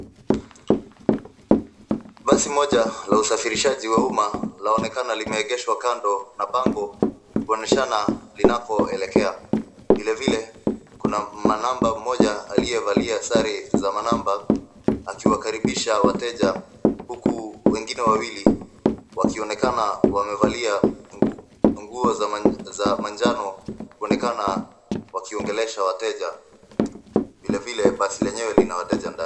Basi moja la usafirishaji wa umma laonekekana limeegeshwa kando na bango kuonyeshana linakoelekea. Vilevile, kuna manamba mmoja aliyevalia sare za manamba akiwakaribisha wateja huku wengine wawili wanaonekana wamevalia nguo za manjano, kuonekana wakiongelesha wateja. Vilevile, basi lenyewe lina wateja ndani.